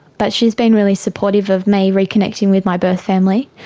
but she has been really supportive of me reconnecting with my birth family.